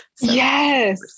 Yes